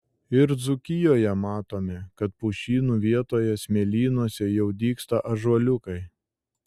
ir dzūkijoje matome kad pušynų vietoje smėlynuose jau dygsta ąžuoliukai